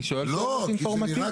אני שואל שאלות אינפורמטיביות?